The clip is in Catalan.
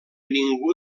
ningú